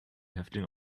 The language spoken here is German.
häftling